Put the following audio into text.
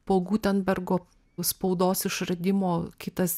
po gutenbergo spaudos išradimo kitas